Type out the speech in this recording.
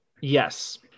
Yes